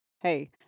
Hey